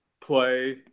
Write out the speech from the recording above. play